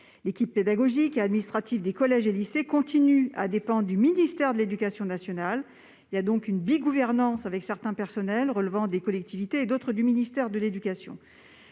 l'équipe pédagogique et administrative des collèges et des lycées continue de dépendre du ministère de l'éducation nationale ; il y a donc une bigouvernance, puisque certains agents relèvent des collectivités et d'autres du ministère de l'éducation